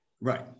right